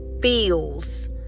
feels